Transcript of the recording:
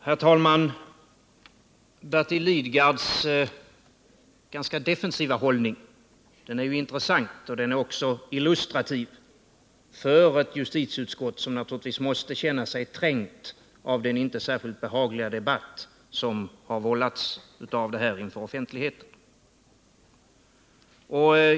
Herr talman! Bertil Lidgards ganska defensiva hållning är intressant och illustrativ för ett justitieutskott som naturligtvis måste känna sig trängt av den inte särskilt behagliga debatt inför offentligheten som detta betänkande vållat.